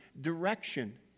direction